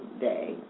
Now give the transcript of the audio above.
Day